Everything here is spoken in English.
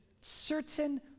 certain